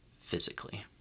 physically